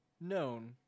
known